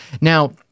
Now